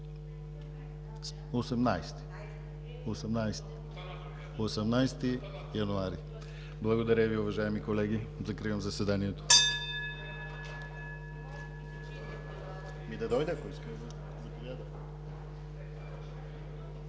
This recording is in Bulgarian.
от 9,00 ч. Благодаря Ви, уважаеми колеги. Закривам заседанието.